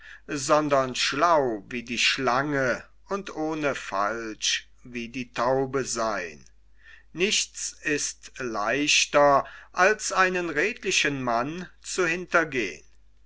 sondern schlau wie die schlange und ohne falsch wie die taube seyn nichts ist leichter als einen redlichen mann zu hintergehn